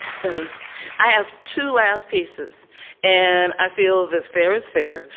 so i have two last pieces and i feel that fair is fair,